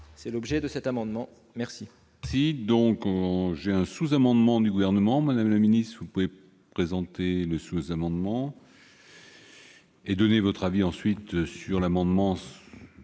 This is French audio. est l'objet de cet amendement. Le